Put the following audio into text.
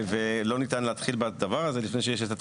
ולא ניתן להתחיל בדבר הזה לפני שיש את התקנות.